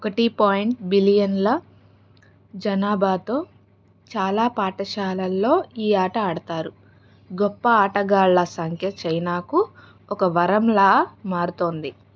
ఒకటి పాయింట్ బిలియన్ల జనాభాతో చాలా పాఠశాలల్లో ఈ ఆట ఆడతారు గొప్ప ఆటగాళ్ళ సంఖ్య చైనాకు ఒక వరంలా మారుతోంది